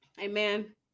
Amen